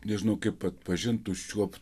nežinau kaip atpažint užčiuopt